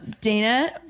Dana